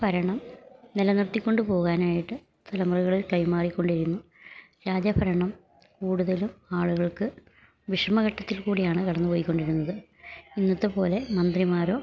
ഭരണം നിലനിർത്തിക്കൊണ്ട് പോകാനായിട്ട് തലമുറകളിൽ കൈമാറിക്കൊണ്ടിരുന്നു രാജ ഭരണം കൂട്തലും ആള്കൾക്ക് വിഷമഘട്ടത്തിൽ കൂടിയാണ് കടന്ന് പോയിക്കൊണ്ടിരുന്നത് ഇന്നത്തെപ്പോലെ മന്ത്രിമാരോ